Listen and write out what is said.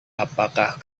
apakah